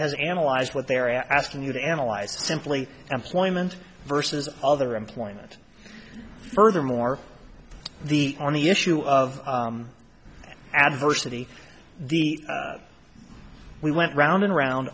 has analyzed what they're asking you to analyze simply employment versus other employment furthermore the on the issue of adversity the we went round and round